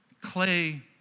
clay